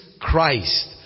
Christ